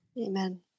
Amen